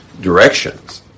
directions